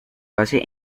base